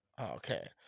Okay